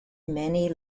many